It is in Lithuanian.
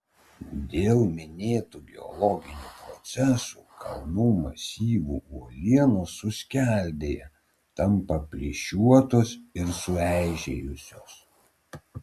dėl minėtų geologinių procesų kalnų masyvų uolienos suskeldėja tampa plyšiuotos ir sueižėjusios